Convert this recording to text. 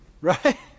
Right